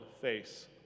face